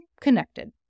connected